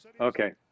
okay